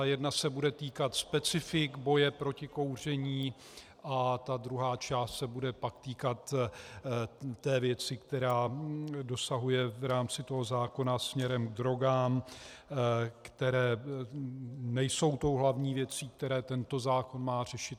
Jedna se bude týkat specifik boje proti kouření a druhá část se pak bude týkat té věci, která dosahuje v rámci toho zákona směrem k drogám, které nejsou tou hlavní věcí, které tento zákon má řešit.